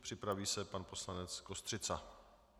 Připraví se pan poslanec Kostřica.